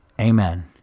Amen